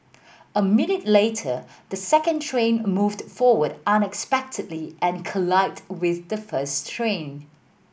a minute later the second train moved forward unexpectedly and collided with the first train